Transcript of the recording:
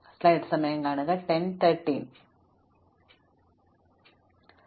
ഞങ്ങൾക്ക് പരിഹരിക്കാനാകുമെന്ന് പ്രതീക്ഷിക്കാവുന്ന പ്രശ്നത്തിന്റെ വലുപ്പത്തിന്റെ ഒരു വലിയ കുതിപ്പാണ് ഇത്